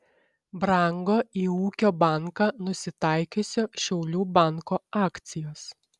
brango į ūkio banką nusitaikiusio šiaulių banko akcijos